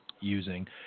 using